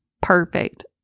Perfect